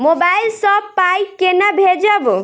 Mobile सँ पाई केना भेजब?